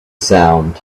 sound